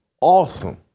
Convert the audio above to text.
Awesome